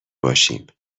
باشیم